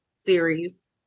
series